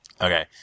Okay